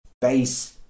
base